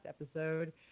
episode